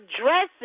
dressing